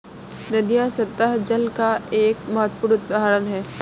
नदियां सत्तह जल का एक महत्वपूर्ण उदाहरण है